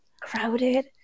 crowded